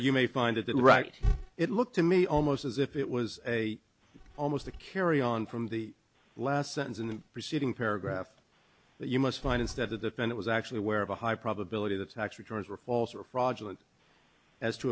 you may find it right it looked to me almost as if it was a almost a carry on from the last sentence in the preceding paragraph that you must find instead to defend it was actually where of a high probability the tax returns were false or fraudulent as to